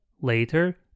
later